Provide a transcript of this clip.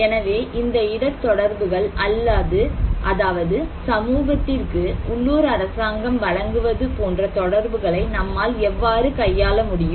எனவே இந்த இடர் தொடர்புகள் அதாவது சமூகத்திற்கு உள்ளூர் அரசாங்கம் வழங்குவது போன்ற தொடர்புகளை நம்மால் எவ்வாறு கையாள முடியும்